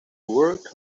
work